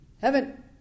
Heaven